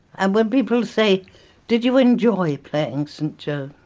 and when people say did you enjoy playing saint joan